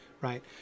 right